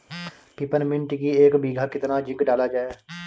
Peppermint की एक बीघा कितना जिंक डाला जाए?